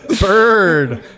Bird